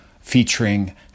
featuring